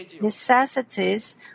necessities